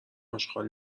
آشغال